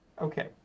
Okay